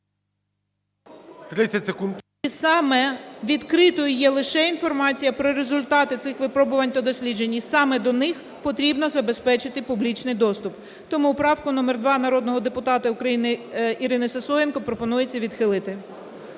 …саме відкритою є лише інформація про результати цих випробувань та досліджень, і саме до них потрібно забезпечити публічний доступ. Тому правку номер 2 народного депутата Ірини Сисоєнко пропонується відхилити.